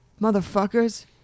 motherfuckers